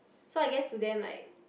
so I guess to them like